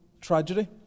tragedy